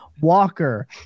Walker